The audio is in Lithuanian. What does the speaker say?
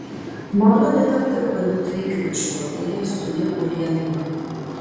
melo detektorių gamintojai kaip išprotėję zuja po lietuvą